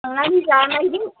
थांनानै जानायदो